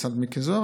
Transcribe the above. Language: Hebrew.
מצד מיקי זוהר,